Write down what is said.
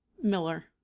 Miller